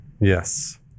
Yes